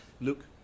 look